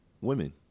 women